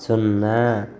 సున్నా